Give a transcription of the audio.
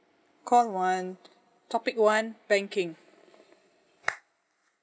call one topic one banking